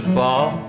fall